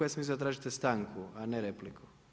Ja sam mislio da tražite stanku a ne repliku.